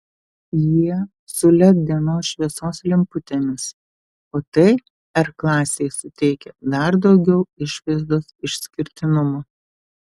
jie su led dienos šviesos lemputėmis o tai r klasei suteikia dar daugiau išvaizdos išskirtinumo